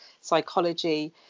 psychology